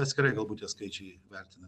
atskirai galbūt tie skaičiai vertinami